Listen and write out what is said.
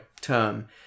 term